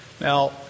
Now